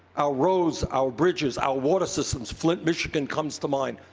our roads, our bridges, our water systems, flint, michigan comes to mind.